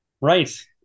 right